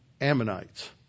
Ammonites